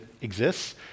exists